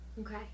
Okay